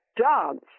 dance